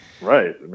Right